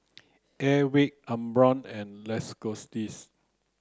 Airwick Umbro and Lacoste